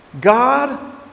God